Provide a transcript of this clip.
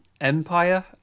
Empire